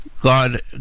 God